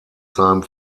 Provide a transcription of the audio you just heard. seinem